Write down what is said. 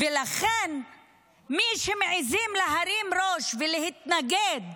ולכן מי שמעיזים להרים ראש ולהתנגד